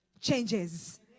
changes